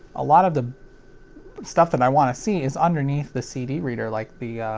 a lot of the stuff that i wanna see is underneath the cd reader like the, ah,